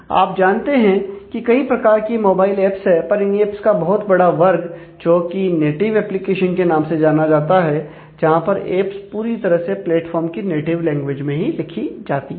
आप जानते हैं कि कई प्रकार की मोबाइल एप्स है पर इन एप्स का एक बहुत बड़ा वर्ग जो कि नेटिव एप्लीकेशन के नाम से जाना जाता है जहां पर एप्स पूरी तरह से प्लेटफॉर्म की नेटिव लैंग्वेज में ही लिखी जाती है